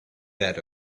that